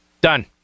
Done